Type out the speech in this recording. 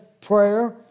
prayer